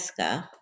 Eska